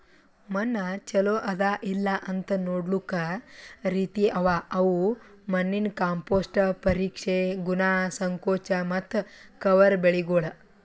ಮಣ್ಣ ಚಲೋ ಅದಾ ಇಲ್ಲಾಅಂತ್ ನೊಡ್ಲುಕ್ ರೀತಿ ಅವಾ ಅವು ಮಣ್ಣಿನ ಕಾಂಪೋಸ್ಟ್, ಪರೀಕ್ಷೆ, ಗುಣ, ಸಂಕೋಚ ಮತ್ತ ಕವರ್ ಬೆಳಿಗೊಳ್